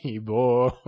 boy